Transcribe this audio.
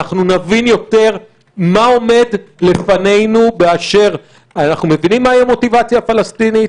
נבין יותר מה עומד לפנינו באשר אנחנו מבינים מהי המוטיבציה הפלסטינית,